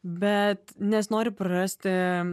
bet nesinori prarasti